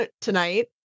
tonight